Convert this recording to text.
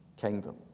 kingdom